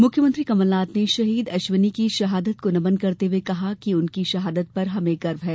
मुख्यमंत्री कमलनाथ ने शहीद अश्विनी की शहादत को नमन करते हुये कहा कि उनकी शहादत पर हमें गर्व है